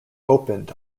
opened